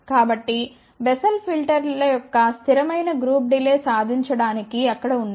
కాబట్టి బెస్సెల్ ఫిల్టర్ల యొక్క స్థిరమైన గ్రూప్ డిలే సాధించడానికి అక్కడ ఉన్నాయి